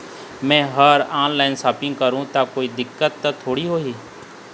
मैं हर online shopping करू ता कोई दिक्कत त थोड़ी होही?